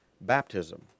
baptism